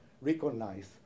recognize